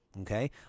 Okay